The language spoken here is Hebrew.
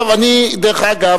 דרך אגב,